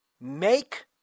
Make